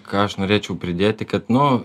ką aš norėčiau pridėti kad nu